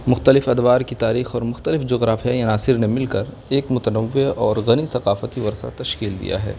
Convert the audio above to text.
مختلف ادوار کی تاریخ اور مختلف جغرافیائی عناصر نے مل کر ایک متنوع اور غنی ثقافتی ورثہ تشکیل دیا ہے